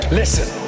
listen